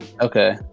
okay